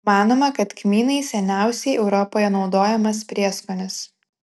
manoma kad kmynai seniausiai europoje naudojamas prieskonis